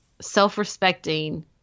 self-respecting